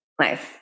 Nice